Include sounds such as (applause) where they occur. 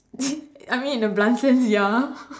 (laughs) I mean in a bulnt sense ya